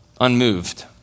unmoved